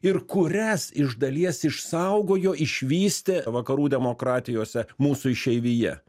ir kurias iš dalies išsaugojo išvystė vakarų demokratijose mūsų išeivija